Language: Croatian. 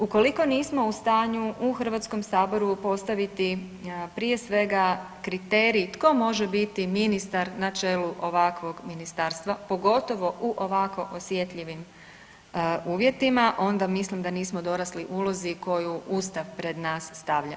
Ukoliko nismo u stanju u HS postaviti prije svega kriterij tko može biti ministar na čelu ovakvog ministarstva, pogotovo u ovako osjetljivim uvjetima onda mislim da nismo dorasli ulozi koju ustav pred nas stavlja.